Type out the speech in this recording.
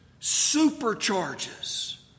supercharges